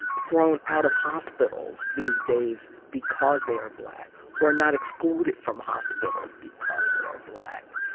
thrown out of hospitals these days because they are black or not excluded from hospitals because they are black.